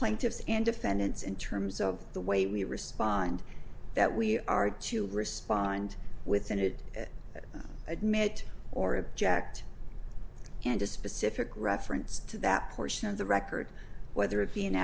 plaintiffs and defendants in terms of the way we respond that we are to respond within it admit or object and a specific reference to that portion of the record whether it be an